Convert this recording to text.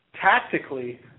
tactically